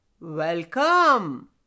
Welcome